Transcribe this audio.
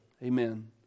Amen